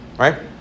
Right